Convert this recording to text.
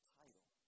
title